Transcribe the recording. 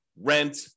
rent